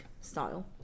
style